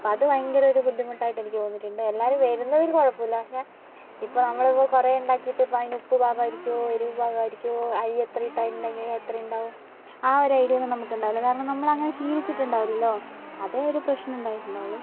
അപ്പോൾ അതു ഭയങ്കര ഒരു ബുദ്ധിമുട്ടായിട്ട് എനിക്ക് തോന്നിയിട്ടുണ്ട് എല്ലാവരും വരുന്നതിൽ കുഴപ്പമില്ല പക്ഷേ ഇപ്പം നമ്മളിപ്പം കുറേ ഉണ്ടാക്കിയിട്ട് ഇപ്പോൾ അതിന് ഉപ്പ് പാകമായിരിക്കുമോ എരിവ് പാകമായിരിക്കുമോ അരി എത്ര ഇട്ടാൽ എണ്ണ ഇങ്ങനെ എത്ര ഉണ്ടാവും ആ ഒരു ഐഡിയ ഒന്നും നമുക്ക് ഉണ്ടാവില്ല കാരണം നമ്മളങ്ങനെ ശീലിച്ചിട്ടുണ്ടാവില്ലല്ലോ അതേ ഒരു പ്രശ്നം ഉണ്ടായിട്ടുണ്ടാവുള്ളൂ